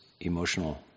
emotional